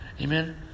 Amen